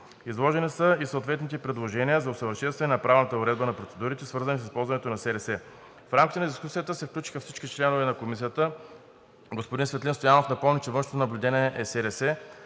Изложени са и съответните предложения за усъвършенстване на правната уредба на процедурите, свързани с използването на специални разузнавателни средства. В рамките на дискусията се включиха всички членове на Комисията. Господин Светлин Стоянов напомни, че външното наблюдение е СРС,